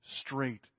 straight